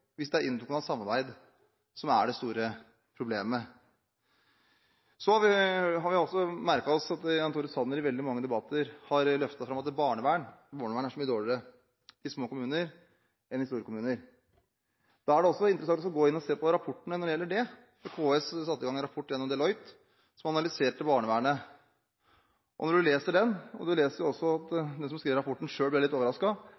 Så har vi merket oss at Jan Tore Sanner i veldig mange debatter har løftet fram at barnevernet er så mye dårligere i små kommuner enn i store kommuner. Da er det også interessant å gå inn og se på rapportene når det gjelder dette. KS satte i gang en rapport, gjennom Deloitte, som analyserte barnevernet. Og når man leser den – man leser også at de som skrev rapporten, selv ble litt